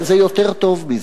זה יותר טוב מזה,